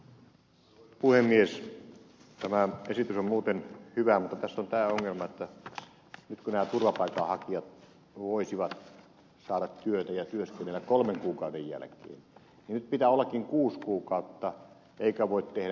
tämä esitys on muuten hyvä mutta tässä on tämä ongelma että nyt kun nämä turvapaikanhakijat voisivat saada työtä ja työskennellä kolmen kuukauden jälkeen niin nyt pitääkin olla kuusi kuukautta niin ettei voi tehdä mitään